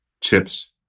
chips